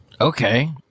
Okay